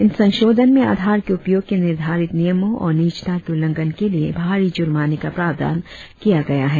इन संशोधन में आधार के उपयोग के निर्धारित नियमों और निजता के उल्लंधन के लिए भारी जुर्माने का प्रावधान किया गया है